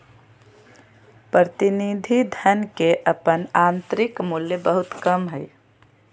प्रतिनिधि धन के अपन आंतरिक मूल्य बहुत कम हइ